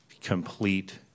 complete